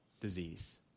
disease